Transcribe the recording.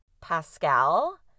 Pascal